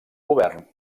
govern